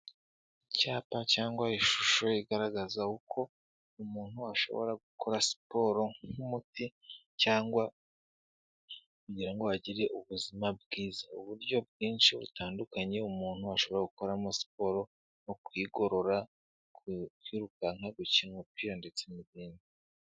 Icyapa cyangwa ishusho igaragaza uko umuntu ashobora gukora siporo nk'umuti cyangwa kugira ngo agire ubuzima bwiza, uburyo bwinshi butandukanye umuntu ashobora gukoramo siporo no kwigorora, kwirukanka, gukina umupira ndetse n'ibindi.